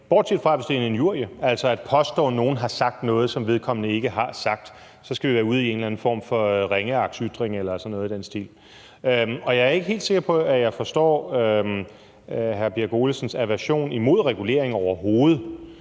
bortset fra hvis det er en injurie, altså at man påstår, at nogen har sagt noget, som vedkommende ikke har sagt. Så skal vi være ude i en eller anden form for ringeagtsytring eller sådan noget i den stil. Jeg er ikke helt sikker på, at jeg forstår hr. Ole Birk Olesens aversion imod regulering overhovedet.